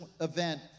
event